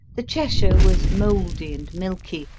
the cheshire was moldy and milky,